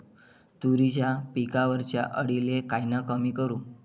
तुरीच्या पिकावरच्या अळीले कायनं कमी करू?